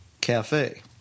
Cafe